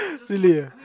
really ah